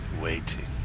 waiting